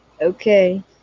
Okay